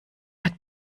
hat